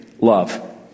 love